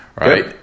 right